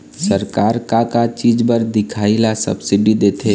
सरकार का का चीज म दिखाही ला सब्सिडी देथे?